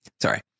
Sorry